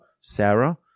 Sarah